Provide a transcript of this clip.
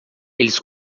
eles